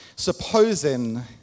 supposing